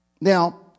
Now